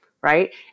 right